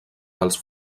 dels